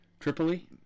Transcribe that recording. Tripoli